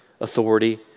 authority